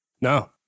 No